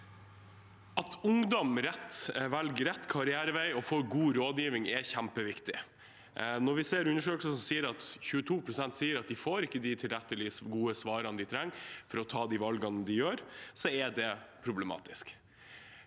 At ungdom velger rett karrierevei og får god rådgivning, er kjempeviktig. Nå vi i en undersøkelse ser at 22 pst. sier at de får ikke de gode svarene de trenger for å ta de valgene de gjør, er det problematisk.